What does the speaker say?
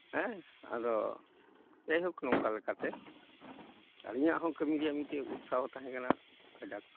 ᱦᱮᱸ ᱟᱫᱚ ᱡᱟᱭᱦᱳᱠ ᱱᱚᱝᱠᱟ ᱞᱮᱠᱟᱛᱮ ᱟᱹᱞᱤᱧᱟᱹᱜ ᱦᱚᱸ ᱠᱟᱹᱢᱤ ᱨᱮᱭᱟᱜ ᱢᱤᱫᱴᱮᱡ ᱩᱛᱥᱟᱦᱚ ᱛᱟᱦᱮᱠᱟᱱᱟ ᱠᱟᱡᱟᱠ